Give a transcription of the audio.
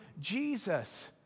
Jesus